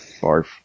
Barf